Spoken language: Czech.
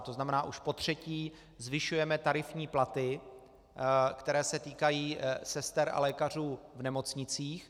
To znamená, už potřetí zvyšujeme tarifní platy, které se týkají sester a lékařů v nemocnicích.